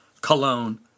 Cologne